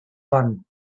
bun